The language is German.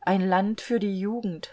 ein land für die jugend